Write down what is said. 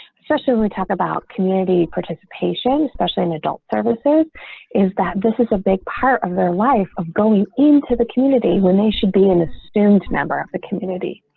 especially talk about community participation, especially in adult services is that this is a big part of their life of going into the community when they should be in a student member of the community.